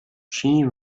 she